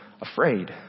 afraid